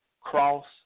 Cross